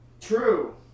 True